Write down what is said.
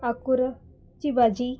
आकुरची भाजी